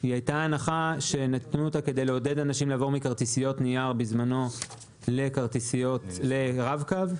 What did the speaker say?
היא הייתה הנחה שנתנו כדי לעודד אנשים לעבור מכרטיסיות נייר לרב קו.